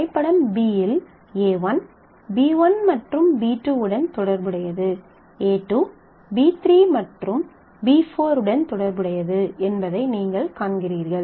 வரைபடம் B இல் a1 b1 மற்றும் b2 உடன் தொடர்புடையது a2 b3 மற்றும் b4 உடன் தொடர்புடையது என்பதை நீங்கள் காண்கிறீர்கள்